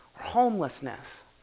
homelessness